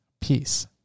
Peace